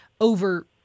over